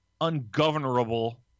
ungovernable